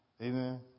Amen